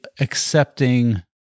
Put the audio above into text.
accepting